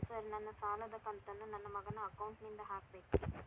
Sir ನನ್ನ ಸಾಲದ ಕಂತನ್ನು ನನ್ನ ಮಗನ ಅಕೌಂಟ್ ನಿಂದ ಹಾಕಬೇಕ್ರಿ?